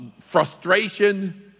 frustration